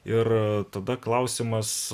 ir a tada klausimas